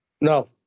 No